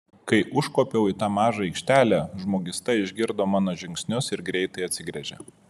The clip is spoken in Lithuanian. kai užkopiau į tą mažą aikštelę žmogysta išgirdo mano žingsnius ir greitai atsigręžė